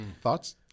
Thoughts